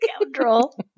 Scoundrel